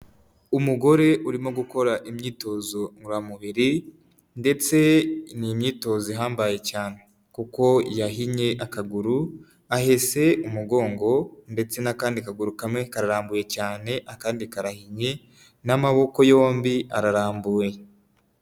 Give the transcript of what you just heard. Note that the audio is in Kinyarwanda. Umugore urimo gukora imyitozo ngororamubiri ndetse n'imyitozo ihambaye cyane kuko yahinye akaguru, ahese umugongo ndetse n'akandi kaguru kamwe karambuye cyane akandi karahinye n'amaboko yombi ararambuwe.